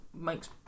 makes